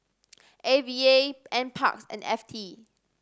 A V A Nparks and F T